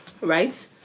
right